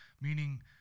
Meaning